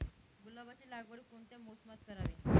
गुलाबाची लागवड कोणत्या मोसमात करावी?